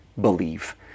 believe